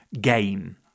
game